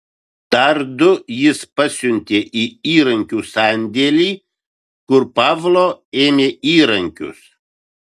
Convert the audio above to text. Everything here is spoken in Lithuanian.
dar du jis pasiuntė į įrankių sandėlį kur pavlo ėmė įrankius